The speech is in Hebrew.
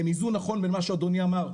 הם איזון נכון בין מה שאדוני אמר,